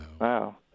Wow